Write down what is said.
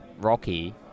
rocky